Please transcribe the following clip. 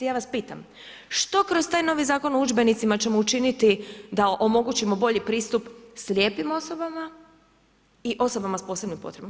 Ja vas pitam, što kroz taj novi Zakon o udžbenicima ćemo učiniti da omogućimo bolji pristup slijepim osobama i osobama s posebnim potrebama?